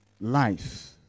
life